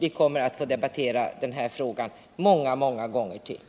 Vi kommer att debattera denna fråga många gånger till.